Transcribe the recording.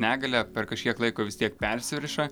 negalią ar per kažkiek laiko vis tiek persiriša